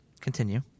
continue